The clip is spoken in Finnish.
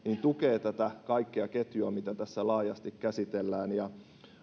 tukee tätä koko ketjua mitä tässä laajasti käsitellään ja